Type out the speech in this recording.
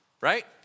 Right